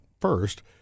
first